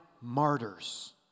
martyrs